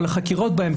אבל חקירות בהם,